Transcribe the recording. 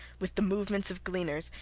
with the movements of gleaners,